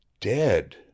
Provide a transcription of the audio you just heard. Dead